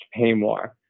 Paymore